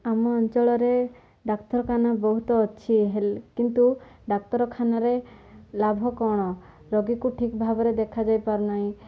ଆମ ଅଞ୍ଚଳରେ ଡାକ୍ତରଖାନା ବହୁତ ଅଛି କିନ୍ତୁ ଡାକ୍ତରଖାନାରେ ଲାଭ କ'ଣ ରୋଗୀକୁ ଠିକ୍ ଭାବରେ ଦେଖାଯାଇପାରୁନାହିଁ